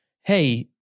Hey